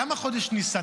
למה חודש ניסן?